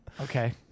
Okay